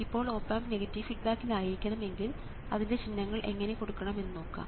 ഇപ്പോൾ op amp negative ഫീഡ്ബാക്കിൽ ആയിരിക്കണം എങ്കിൽ അതിൻറെ ചിഹ്നങ്ങൾ എങ്ങനെ കൊടുക്കണം എന്ന് നോക്കാം